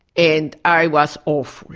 and i was awful,